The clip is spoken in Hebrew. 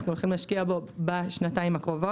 אנחנו הולכים להשקיע בו בשנתיים הקרובות